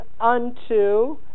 unto